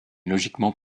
logiquement